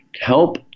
Help